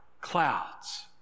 clouds